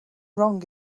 wrong